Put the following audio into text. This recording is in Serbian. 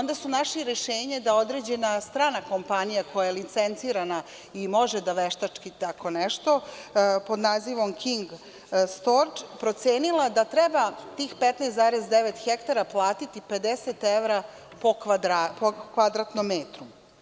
Našli su rešenje da određena strana kompanija koja je licencirana i može da veštači tako nešto pod nazivom „King stordž“ je procenila da treba tih 15,9 hektara platiti 50 evra po kvadratnom metru.